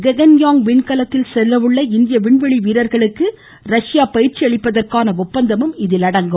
ககன்யாங் விண்கலத்தில் செல்லஉள்ள இந்திய விண்வெளி வீரர்களுக்கு ரஷ்யா பயிற்சி அளிப்பதற்கான ஒப்பந்தமும் இதில் அடங்கும்